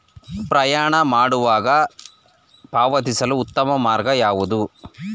ಪ್ರಯಾಣ ಮಾಡುವಾಗ ಪಾವತಿಸಲು ಉತ್ತಮ ಮಾರ್ಗ ಯಾವುದು?